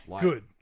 good